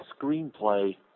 screenplay